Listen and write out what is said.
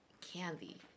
candy